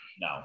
No